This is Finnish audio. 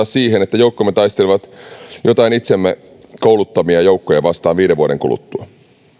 siihen että joukkomme taistelevat joitain itse kouluttamiamme joukkoja vastaan viiden vuoden kuluttua